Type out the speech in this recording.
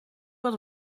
wat